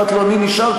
אמרתי לו שאני נשאר,